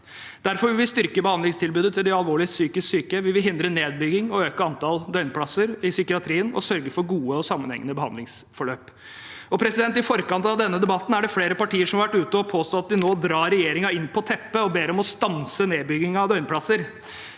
Derfor vil vi styrke behandlingstilbudet til de alvorlig psykisk syke. Vi vil hindre nedbygging og øke antall døgnplasser i psykiatrien og sørge for gode og sammenhengende behandlingsforløp. I forkant av denne debatten er det flere partier som har vært ute og påstått at de nå drar regjeringen inn på teppet og ber om at nedbyggingen av døgnplasser